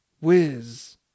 Whiz